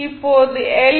இப்போது எல்